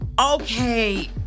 Okay